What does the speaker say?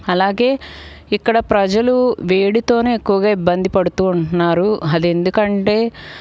అలాగే ఇక్కడ ప్రజలు వేడితో ఎక్కువగా ఇబ్బంది పడుతు ఉంటున్నారు అది ఎందుకంటే